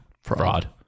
Fraud